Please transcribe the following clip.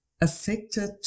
affected